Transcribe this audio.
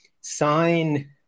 sign